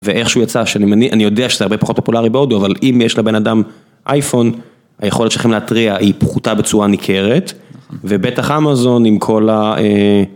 ואיכשהו יצא, שאני יודע שזה הרבה פחות פופולרי בהודו, אבל אם יש לבן אדם אייפון היכולת שלכם להתריע היא פחותה בצורה ניכרת ובטח אמאזון עם כל ה...